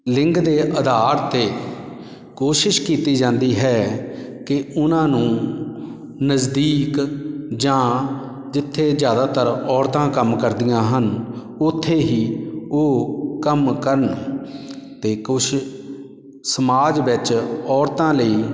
ਲਿੰਗ ਦੇ ਆਧਾਰ 'ਤੇ ਕੋਸ਼ਿਸ਼ ਕੀਤੀ ਜਾਂਦੀ ਹੈ ਕਿ ਉਹਨਾਂ ਨੂੰ ਨਜ਼ਦੀਕ ਜਾਂ ਜਿੱਥੇ ਜ਼ਿਆਦਾਤਰ ਔਰਤਾਂ ਕੰਮ ਕਰਦੀਆਂ ਹਨ ਉੱਥੇ ਹੀ ਉਹ ਕੰਮ ਕਰਨ ਅਤੇ ਕੁਛ ਸਮਾਜ ਵਿੱਚ ਔਰਤਾਂ ਲਈ